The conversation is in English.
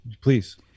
please